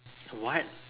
what